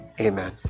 Amen